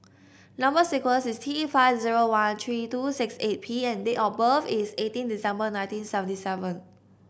number sequence is T five zero one three two six eight P and date of birth is eighteen December nineteen seventy seven